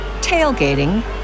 tailgating